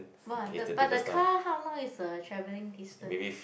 !wah! the but the car how long is the travelling distance